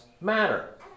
matter